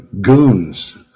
goons